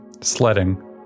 Sledding